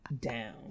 down